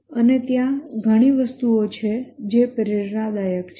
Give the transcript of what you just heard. અને ત્યાં ઘણી વસ્તુઓ છે જે પ્રેરણાદાયક છે